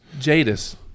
Jadis